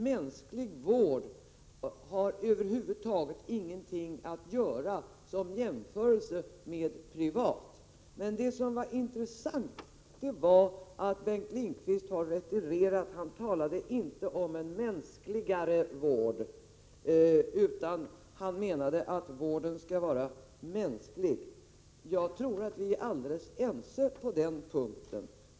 Mänsklig vård har som jämförelse över huvud taget ingenting att göra med privat. Men det som var intressant var att Bengt Lindqvist har retirerat — han talade inte om en mänskligare vård, utan han menade att vården skall vara mänsklig. Jag tror att vi är alldeles ense på den punkten.